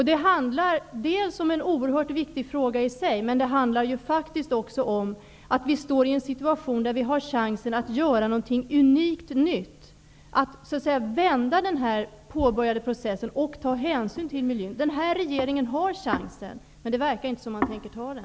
Detta handlar om en oerhört viktig fråga i sig, men det handlar faktiskt också om att vi är i en situation där vi har chansen att göra någonting unikt nytt, att vända denna påbörjade process och ta hänsyn till miljön. Denna regering har chansen, men det verkar inte som om man tänker ta den.